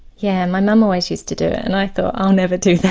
yeah, my mum always used to do and i thought i'll never do that